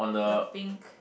the pink